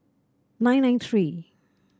nine nine three